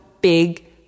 big